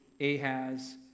Ahaz